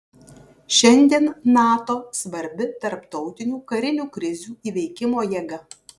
šiandien nato svarbi tarptautinių karinių krizių įveikimo jėga